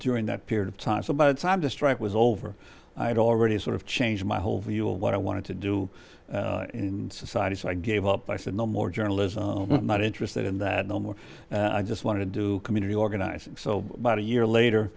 during that period of time so by the time to strike was over i had already sort of changed my whole view of what i wanted to do in society so i gave up i said no more journalism not interested in that no more i just wanted to do community organizing so about a year later